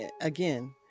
again